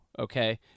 okay